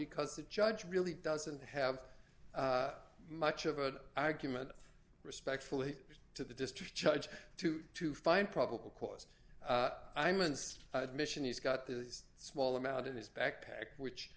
because the judge really doesn't have much of a argument respectfully to the district judge to to find probable cause i'm an admission he's got the small amount in his backpack which